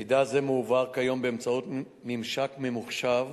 מידע זה מועבר כיום באמצעות ממשק ממוחשב